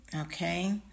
Okay